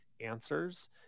answers